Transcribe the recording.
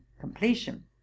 completion